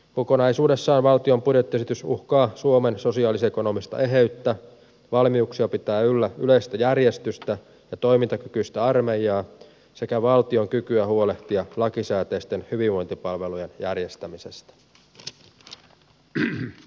kokonaisuudessaan valtion budjettiesitys uhkaa suomen sosiaalis ekonomista eheyttä valmiuksia pitää yllä yleistä järjestystä ja toimintakykyistä armeijaa sekä valtion kykyä huolehtia lakisääteisten hyvinvointipalvelujen järjestämisestä